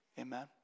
Amen